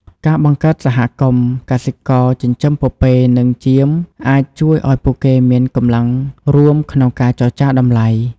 ការបង្កើតសហគមន៍កសិករចិញ្ចឹមពពែនិងចៀមអាចជួយឲ្យពួកគេមានកម្លាំងរួមក្នុងការចរចាតម្លៃ។